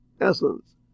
essence